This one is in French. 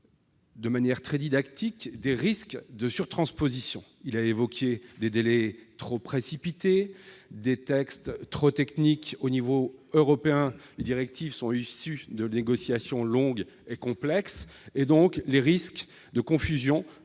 de manière très didactique, les causes de surtransposition. Il a évoqué des délais trop précipités, des textes trop techniques- à l'échelon européen, les directives sont issues de négociations longues et complexes -, et donc les risques de confusion